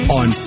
on